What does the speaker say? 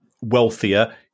wealthier